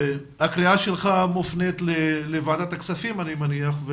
הקריאה שלך מופנית לוועדת הכספים, אני מניח.